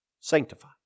Sanctify